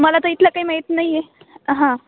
मला तर इथलं काही माहीत नाही आहे हां